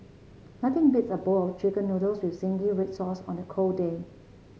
nothing beats a bowl of chicken noodles with zingy red sauce on a cold day